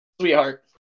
sweetheart